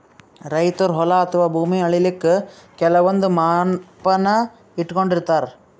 ರೈತರ್ ಹೊಲ ಅಥವಾ ಭೂಮಿ ಅಳಿಲಿಕ್ಕ್ ಕೆಲವಂದ್ ಮಾಪನ ಇಟ್ಕೊಂಡಿರತಾರ್